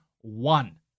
one